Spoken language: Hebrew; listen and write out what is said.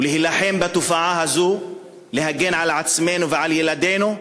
להילחם בתופעה הזאת ולהגן על עצמנו ועל ילדינו,